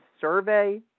survey